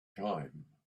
time